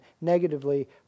negatively